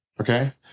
okay